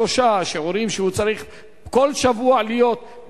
מתוך שלושה שיעורים שהוא צריך להיות כל שבוע בסמסטר.